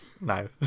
no